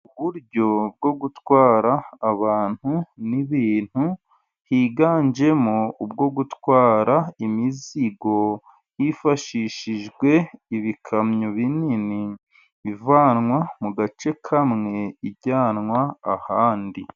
Uburyo bwo gutwara abantu n'ibintu, higanjemo ubwo gutwara imizigo hifashishijwe ibikamyo binini, ivanwa mu gace kamwe ijyanwa ahandi.